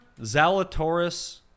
Zalatoris